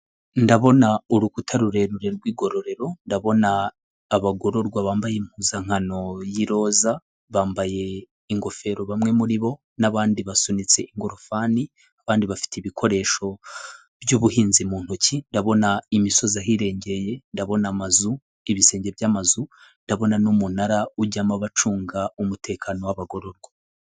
Ndabona urukuta rurerure rw'igororero, ndabona abagororwa bambaye impuzankano y'iroza bambaye ingofero bamwe muri bo n'abandi basunitse ingorofani, abandi bafite ibikoresho by'ubuhinzi mu ntoki, ndabona imisozi ahirengeye ndabona amazu, ibisenge by'amazu, ndabona n'umunara ujyamo abacunga umutekano w'abagororwa.